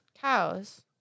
cows